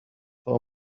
for